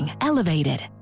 elevated